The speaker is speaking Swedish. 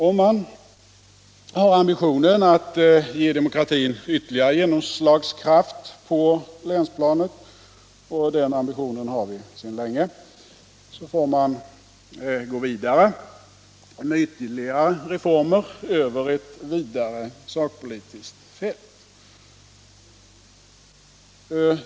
Om man har ambitionen att ge demokratin ytterligare genomslagskraft på länsplanet — och den ambitionen har vi sedan länge — får man gå vidare med ytterligare reformer över ett större sakpolitiskt fält.